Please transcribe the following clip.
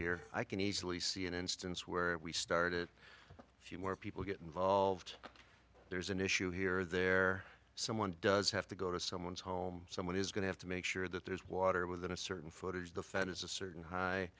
here i can easily see an instance where we start a few more people get involved there's an issue here or there someone does have to go to someone's home someone is going to have to make sure that there's water within a certain footage the fed is a certain high